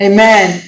Amen